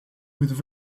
with